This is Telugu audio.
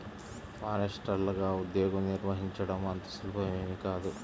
ఫారెస్టర్లగా ఉద్యోగం నిర్వహించడం అంత సులభమేమీ కాదు